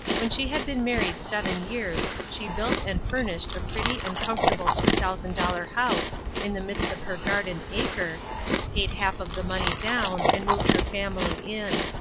when she had been married seven years she built and furnished a pretty and comfortable two-thousand-dollar house in the midst of her garden-acre, paid half of the money down and moved her family in.